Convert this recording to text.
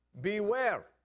beware